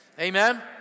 amen